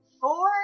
Four